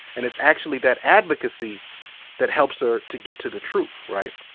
and it's actually that advocacy that helps her to get to the truth, right.